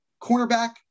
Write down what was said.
cornerback